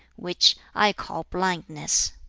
which i call blindness.